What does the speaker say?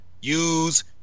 use